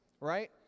right